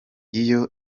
iyo